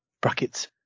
brackets